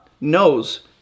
knows